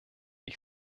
ich